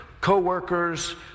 co-workers